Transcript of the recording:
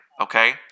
okay